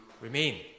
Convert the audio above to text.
remain